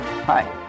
Hi